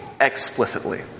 explicitly